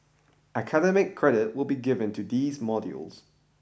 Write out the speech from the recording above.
academic credit will be given to these modules